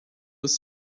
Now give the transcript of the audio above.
was